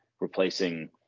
replacing